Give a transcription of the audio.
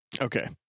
Okay